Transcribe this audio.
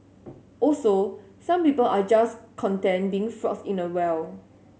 also some people are just content being frogs in a well